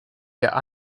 yet